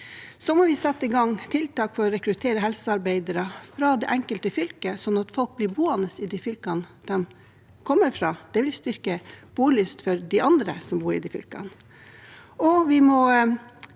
så må vi sette i gang tiltak for å rekruttere helsearbeidere fra det enkelte fylke, slik at folk blir boende i det fylket de kommer fra. Det vil styrke bolyst for de andre som bor i fylket.